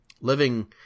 living